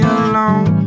alone